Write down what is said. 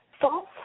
False